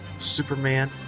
superman